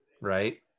right